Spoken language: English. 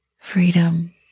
freedom